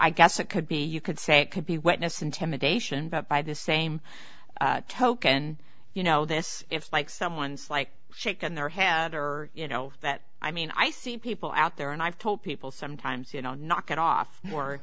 i guess it could be you could say it could be witness intimidation but by the same token you know this it's like someone's like shaking their head or you know that i mean i see people out there and i've told people sometimes you know knock it off or